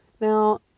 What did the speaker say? Now